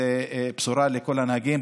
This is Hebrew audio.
זאת בשורה לכל הנהגים,